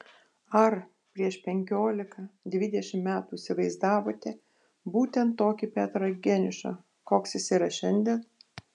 ar prieš penkiolika dvidešimt metų įsivaizdavote būtent tokį petrą geniušą koks jis yra šiandien